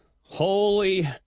holy